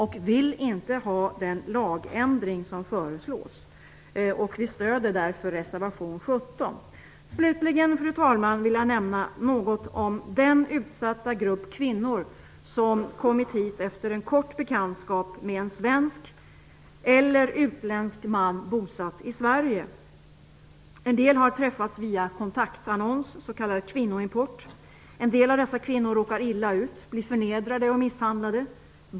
Vi vill inte ha den lagändring som föreslås, och vi stöder därför reservation 17. Fru talman! Slutligen vill jag nämna något om den utsatta grupp kvinnor som kommit hit efter en kort bekantskap med en svensk eller utländsk man bosatt i Sverige. En del har träffats via kontaktannons, s.k. kvinnoimport. En del av dessa kvinnor råkar illa ut, blir förnedrade och misshandlade.